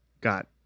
Got